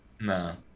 No